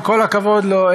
עם כל הכבוד לו,